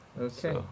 okay